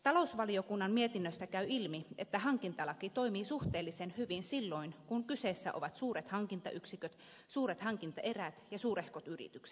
talousvaliokunnan mietinnöstä käy ilmi että hankintalaki toimii suhteellisen hyvin silloin kun kyseessä ovat suuret hankintayksiköt suuret hankintaerät ja suurehkot yritykset